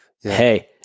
hey